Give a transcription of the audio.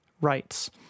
rights